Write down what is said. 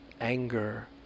anger